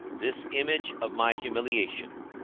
this image of my humiliation,